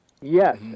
yes